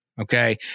Okay